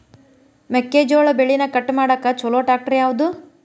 ಮೆಕ್ಕೆ ಜೋಳ ಬೆಳಿನ ಕಟ್ ಮಾಡಾಕ್ ಛಲೋ ಟ್ರ್ಯಾಕ್ಟರ್ ಯಾವ್ದು?